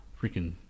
Freaking